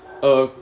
uh